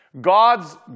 God's